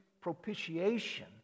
propitiation